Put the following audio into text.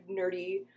nerdy